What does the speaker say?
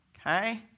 okay